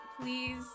please